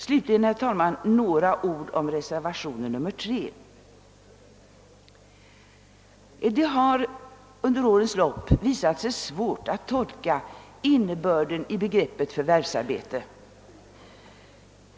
Slutligen, herr talman, några ord om reservationen III. Det har under årens lopp visat sig svårt att tolka innebörden i begreppet förvärvsarbete.